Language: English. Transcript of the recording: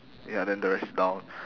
ya then the rest is down